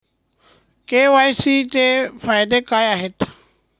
KYC चे फायदे काय आहेत?